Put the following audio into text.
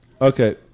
okay